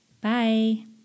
Bye